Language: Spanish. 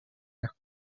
las